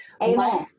Amen